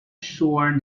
sworn